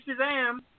Shazam